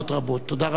תודה רבה לך.